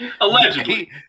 allegedly